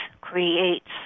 creates